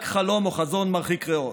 רק חלום או חזון מרחיק ראות,